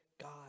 God